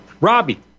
Robbie